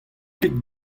ket